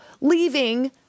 leaving